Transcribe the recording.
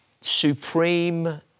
supreme